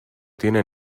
tiene